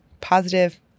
positive